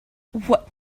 what